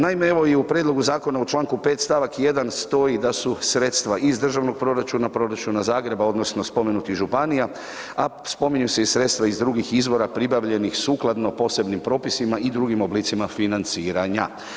Naime, evo i u prijedlogu zakona u čl. 5. st. 1. stoji da su sredstva iz državnog proračuna, proračuna Zagreba odnosno spomenutih županija, a spominju se i sredstva iz drugih izvora pribavljenih sukladno posebnim propisima i drugim oblicima financiranja.